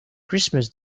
christmas